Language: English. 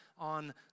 on